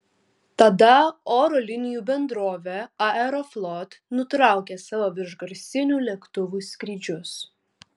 tada oro linijų bendrovė aeroflot nutraukė savo viršgarsinių lėktuvų skrydžius